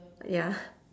ya